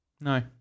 No